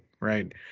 right